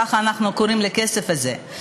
ככה אנחנו קוראים לכסף הזה,